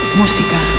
música